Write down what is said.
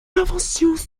inventions